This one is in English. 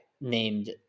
named